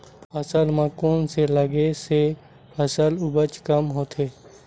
फसल म कोन से लगे से फसल उपज कम होथे?